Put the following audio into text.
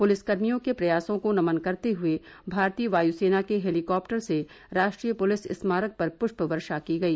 police कर्मियों के प्रयासों को नमन करते हुए भारतीय वायुसेना के हेलीकॉटर से राष्ट्रीय पुलिस स्मारक पर पुष्प वर्षा की गई